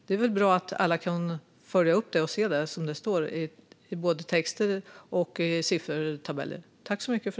Det är väl bra att alla kan följa upp det och se vad som står i texter och siffertabeller.